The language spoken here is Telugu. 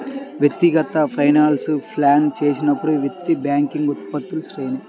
వ్యక్తిగత ఫైనాన్స్లను ప్లాన్ చేస్తున్నప్పుడు, వ్యక్తి బ్యాంకింగ్ ఉత్పత్తుల శ్రేణి